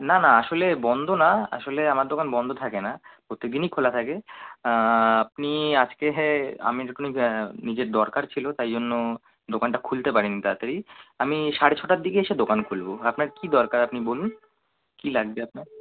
না না আসলে বন্ধ না আসলে আমার দোকান বন্ধ থাকে না প্রত্যেক দিনই খোলা থাকে আপনি আজকে হেঁ আমি নিজের দরকার ছিল তাই জন্য দোকানটা খুলতে পারি নি তাতাড়ি আমি সাড়ে ছটার দিকে এসে দোকান খুলবো আপনার কী দরকার আপনি বলুন কী লাগবে আপনার